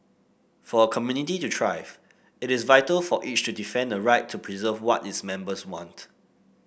for a community to thrive it is vital for each to defend the right to preserve what its members want